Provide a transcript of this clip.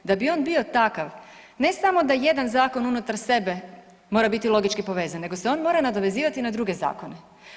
Da bi on bio takav, ne samo da jedan zakon unutar sebe mora biti logički povezan, nego se on mora nadovezivati na druge zakone.